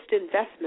investment